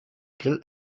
grill